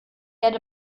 erde